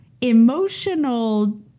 Emotional